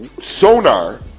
Sonar